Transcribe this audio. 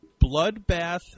Bloodbath